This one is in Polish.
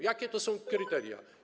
Jakie to są kryteria?